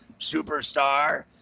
superstar